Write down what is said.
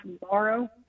tomorrow